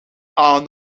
are